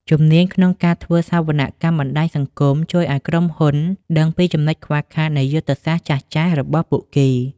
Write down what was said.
ជំនាញក្នុងការធ្វើសវនកម្មបណ្តាញសង្គម ជួយឱ្យក្រុមហ៊ុនដឹងពីចំណុចខ្វះខាតនៃយុទ្ធសាស្ត្រចាស់ៗរបស់ពួកគេ។